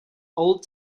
old